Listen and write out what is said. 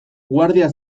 guardia